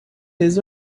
his